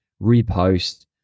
repost